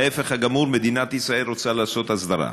ההפך הגמור, מדינת ישראל רוצה לעשות הסדרה.